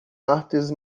artes